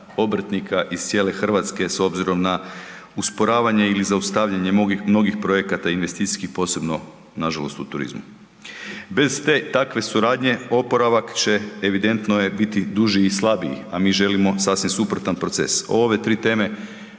obrtnika iz cijele Hrvatske s obzirom na usporavanje ili zaustavljanje mnogih projekata i investicijskih, posebno, nažalost u turizmu. Bez te takve suradnje oporavak će, evidentno je, biti duži i slabiji, a mi želimo sasvim suprotan proces. O ove 3 teme